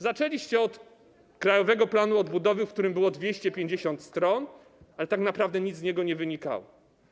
Zaczęliście od Krajowego Planu Odbudowy, w którym było 250 stron, ale tak naprawdę nic z niego nie wynikało.